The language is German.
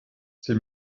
sie